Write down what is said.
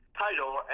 title